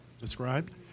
described